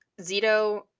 Zito